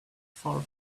far